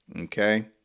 Okay